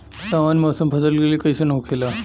सामान्य मौसम फसल के लिए कईसन होखेला?